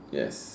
yes